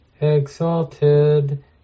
exalted